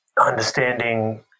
understanding